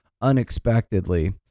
unexpectedly